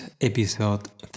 episode